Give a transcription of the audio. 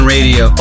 Radio